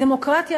בדמוקרטיה,